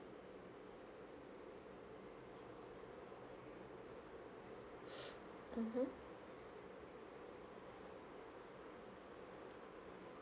mmhmm